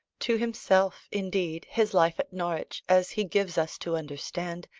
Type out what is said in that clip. to himself, indeed, his life at norwich, as he gives us to understand,